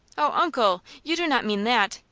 oh, uncle, you do not mean that?